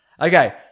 okay